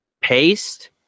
Paste